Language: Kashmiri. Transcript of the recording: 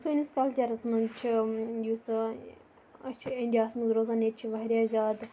سٲنِس کَلچَرَس مَنٛز چھُ یُس أسۍ چھِ اِنڈیا ہَس مَنٛز روزان ییٚتہِ چھِ واریاہ زیادٕ